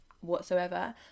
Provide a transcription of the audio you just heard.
whatsoever